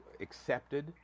accepted